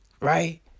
right